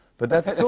but that's